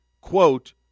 quote